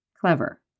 Clever